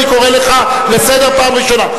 אני קורא אותך לסדר פעם ראשונה.